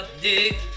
dick